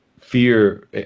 fear